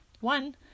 One